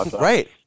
Right